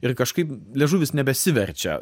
ir kažkaip liežuvis nebesiverčia